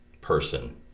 person